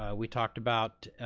ah we talked about